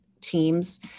teams